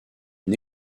une